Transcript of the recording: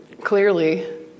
clearly